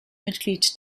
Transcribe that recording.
mitglied